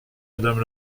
madame